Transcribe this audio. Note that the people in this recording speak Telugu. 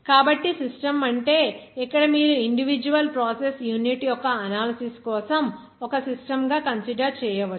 కాబట్టి సిస్టమ్ అంటే ఇక్కడ మీరు ఇండివిడ్యుఅల్ ప్రాసెస్ యూనిట్ యొక్క అనాలిసిస్ కోసం ఒక సిస్టమ్ గా కన్సిడర్ చేయవచ్చు